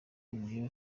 niyo